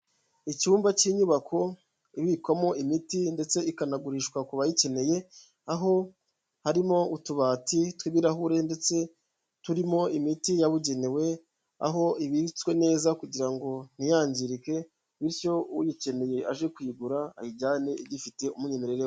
Icyumba cy'inyubako ibikwamo imiti ndetse ikanagurishwa ku bayikeneye, aho harimo utubati tw'ibirahure ndetse turimo imiti yabugenewe, aho ibitswe neza kugira ngo ntiyangirike bityo uyikeneye aje kuyigura ayijyane igifite umwimerere.